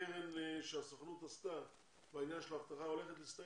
הקרן שהסוכנות עשתה בעניין של האבטחה הולכת להסתיים,